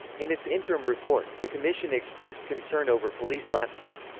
in its interim report, the commission expressed concern over police lapses.